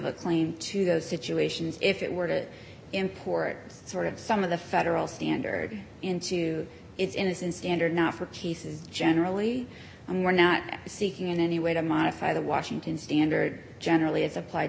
claim to those situations if it were to import sort of some of the federal standard into its innocence standard not for cases generally and we're not seeking in any way to modify the washington standard generally as applied